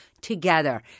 together